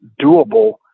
doable